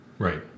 Right